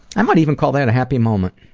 i might even call that a happy moment.